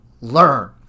learn